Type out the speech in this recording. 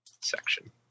section